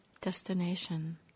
destination